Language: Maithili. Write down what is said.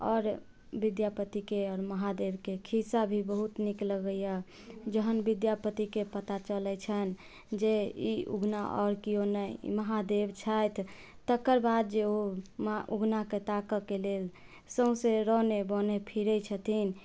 आओर विद्यापति के आओर महादेव के खिस्सा भी बहुत नीक लगैया जहन विद्यापति के पता चलै छनि जे ई उगना आओर केओ नहि ई महादेव छथि तकर बाद जे ओ उगना के ताकऽके लेल सौंसे रने वने फिरै छथिन